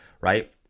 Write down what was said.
right